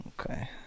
Okay